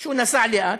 שהוא נסע לאט,